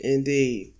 Indeed